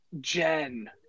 Jen